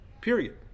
period